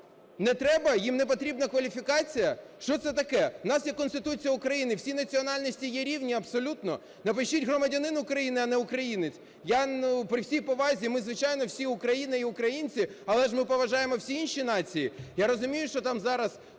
Не треба? Їм не потрібна кваліфікація? Що це таке? В нас є Конституція України, всі національності є рівні абсолютно. Напишіть "громадянин України " а не "українець". Я при всій повазі, ми, звичайно, всі Україна і українці, але ж ми поважаємо всі інші нації. Я розумію, що там зараз